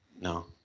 No